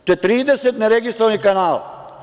To je 30 neregistrovanih kanala.